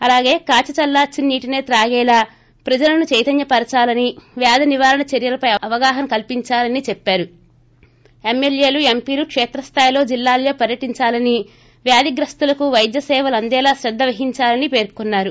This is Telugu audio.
అలాగే కాచి చల్లార్పిన నీటినే తాగేలా ప్రజలను చైతన్యపరచాలని వ్యాధి నివారణ చర్యలపై అవగాహన కల్పించాలని చెప్పారు ఎమ్మెల్యేలు ఎంపీలు కేత్రస్థాయిలో జిల్లాల్లో పర్యటించాలని వ్యాధిగ్రస్తులకు పైద్యసేవలు అందేలా శ్రద్ద వహించాలని పేర్కొన్నారు